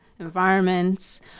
environments